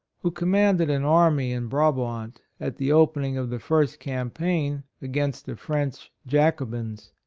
who com manded an army in brabant, at the opening of the first campaign against the french jacobins.